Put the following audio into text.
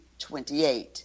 28